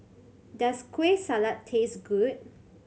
does Kueh Salat taste good